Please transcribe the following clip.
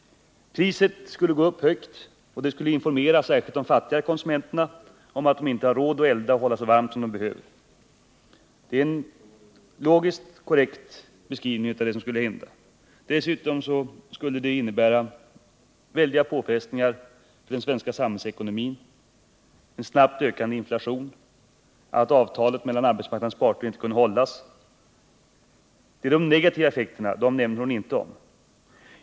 Priset skulle upp högt, och det skulle informera särskilt de fattiga konsumenterna om att de inte har råd att elda och hålla så varmt som de behöver. Det är en logiskt korrekt beskrivning av det som skulle hända. Dessutom skulle det innebära väldiga påfrestningar för den svenska samhällsekonomin. Vi skulle få en snabbt ökande inflation, och det skulle innebära att avtalet mellan arbetsmarknadens parter inte kunde hållas. Det är de negativa effekterna, och de nämner inte Birgitta Hambraeus.